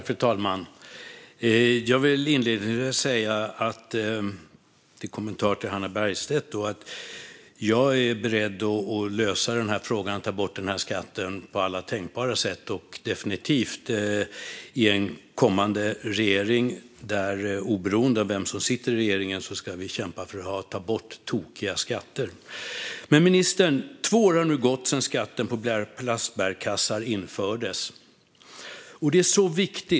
Fru talman! Som en kommentar till Hannah Bergstedt är jag beredd att lösa frågan och ta bort skatten på alla tänkbara sätt, definitivt i en kommande regering. Oberoende av vem som sitter i regeringen ska vi kämpa för att ta bort tokiga skatter. Två år har nu gått sedan skatten på plastbärkassar infördes.